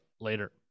later